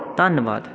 ਧੰਨਵਾਦ